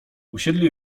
usiedli